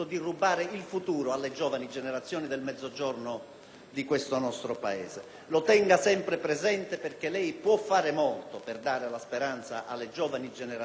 Mezzogiorno del Paese. Lo tenga sempre presente, perché lei può fare molto per dare speranza alle giovani generazioni; questa legislazione può portare il nostro Paese